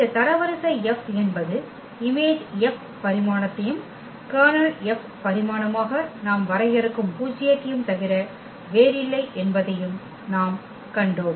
இந்த தரவரிசை என்பது Im F பரிமாணத்தையும் Ker F பரிமாணமாக நாம் வரையறுக்கும் பூஜ்யத்தையும் தவிர வேறில்லை என்பதையும் நாம் கண்டோம்